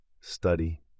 study